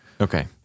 Okay